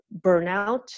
burnout